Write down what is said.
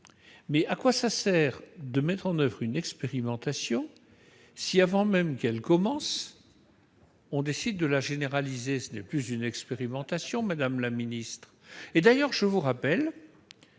À quoi sert-il de mettre en oeuvre une expérimentation si, avant même qu'elle ne commence, on décide de la généraliser ? Ce n'est alors plus une expérimentation, madame la secrétaire